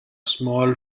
small